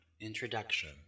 Introduction